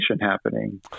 happening